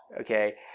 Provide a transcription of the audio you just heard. okay